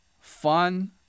fun